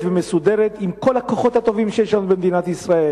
ומסודרת עם כל הכוחות הטובים שיש לנו במדינת ישראל.